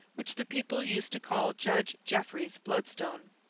which the people used to call judge jeffreys's bloodstone.